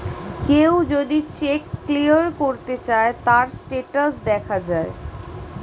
কেউ যদি cheque clear করতে চায়, তার স্টেটাস দেখা যায়